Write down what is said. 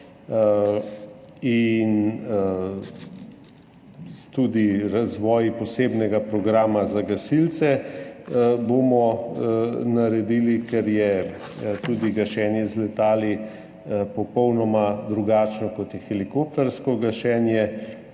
tudi razvoj posebnega programa za gasilce, ker je tudi gašenje z letali popolnoma drugačno, kot je helikoptersko gašenje,